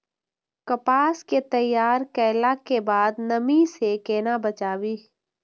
कपास के तैयार कैला कै बाद नमी से केना बचाबी?